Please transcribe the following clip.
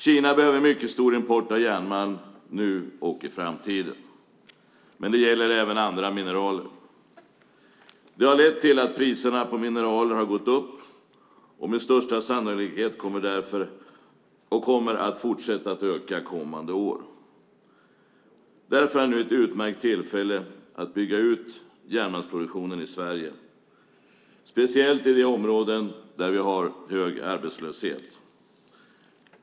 Kina behöver mycket stor import av järnmalm nu och i framtiden. Men det gäller även andra mineraler. Det har lett till att priserna på mineraler har gått upp. Med största sannolikhet kommer de att öka under kommande år. Det är därför nu ett utmärkt tillfälle att bygga ut järnmalmsproduktionen i Sverige. Det gäller speciellt i de områden där vi har hög arbetslöshet.